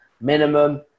minimum